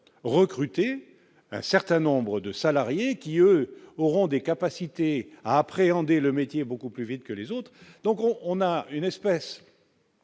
recruter un certain nombre de salariés qui auront des capacités à appréhender le métier beaucoup plus vite que les autres, donc on on a une espèce